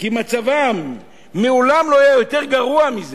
שהרי מצבם מעולם לא היה יותר גרוע.